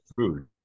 food